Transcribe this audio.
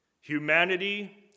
Humanity